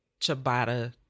ciabatta